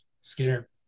Skinner